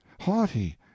haughty